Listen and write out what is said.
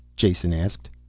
jason asked.